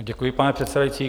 Děkuji, pane předsedající.